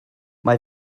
mae